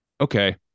okay